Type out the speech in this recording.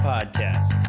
Podcast